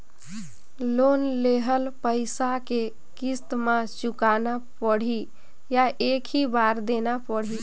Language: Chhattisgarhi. लोन लेहल पइसा के किस्त म चुकाना पढ़ही या एक ही बार देना पढ़ही?